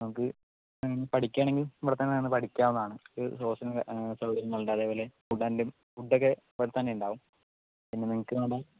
നമുക്ക് പഠിക്കുവാണെങ്കിൽ ഇവിടെ തന്നെ നിന്ന് പഠിക്കാവുന്നതാണ് ഹോസ്റ്റൽ സൗകര്യങ്ങളുണ്ട് അതേപോലെ ഫുഡ് ആൻഡ് ഫുഡ് ഒക്കെ ഇവിടെ തന്നെ ഉണ്ടാവും പിന്നെ നിങ്ങൾക്ക് നമ്മുടെ